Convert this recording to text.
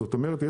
זאת אומרת,